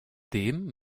dem